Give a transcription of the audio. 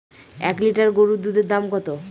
এক লিটার গরুর দুধের দাম কত?